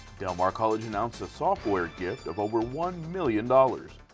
del mar college announces a software gift of over one million dollars.